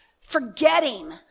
forgetting